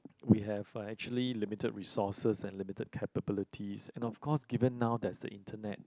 we have uh actually limited resources and limited capabilities and of course given now there's the internet